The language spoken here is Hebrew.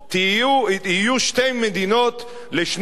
יהיו שתי מדינות לשני עמים.